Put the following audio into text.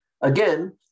Again